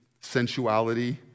sensuality